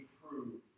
prove